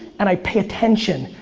and i pay attention,